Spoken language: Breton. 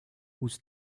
ouzh